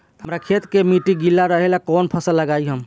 हमरा खेत के मिट्टी गीला रहेला कवन फसल लगाई हम?